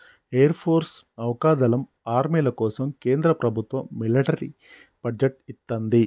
air force, నౌకాదళం, ఆర్మీల కోసం కేంద్ర ప్రభత్వం మిలిటరీ బడ్జెట్ ఇత్తంది